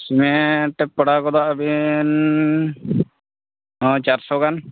ᱦᱮᱸ ᱮᱱᱛᱮᱫ ᱯᱟᱲᱟᱣ ᱜᱚᱫᱚᱜ ᱟᱹᱵᱤᱱ ᱦᱮᱸ ᱪᱟᱨᱥᱚ ᱜᱟᱱ